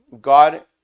God